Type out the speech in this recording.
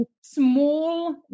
small